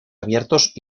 abiertos